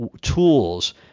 tools